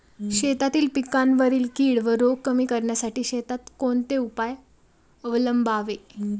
शेतातील पिकांवरील कीड व रोग कमी करण्यासाठी शेतात कोणते उपाय अवलंबावे?